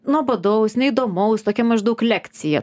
nuobodaus neįdomaus tokia maždaug lekcija